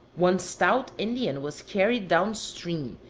one stout indian was carried down stream,